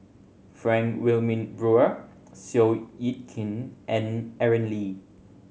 Frank Wilmin Brewer Seow Yit Kin and Aaron Lee